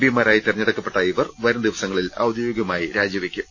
പിമാരായി തെരഞ്ഞെടുക്കപ്പെട്ട ഇവർ വരും ദിവസങ്ങളിൽ ഔദ്യോഗികമായി രാജിവെയ്ക്കും